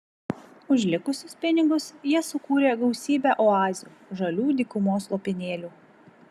už likusius pinigus jie sukūrė gausybę oazių žalių dykumos lopinėlių